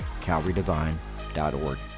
calvarydivine.org